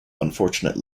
unfortunate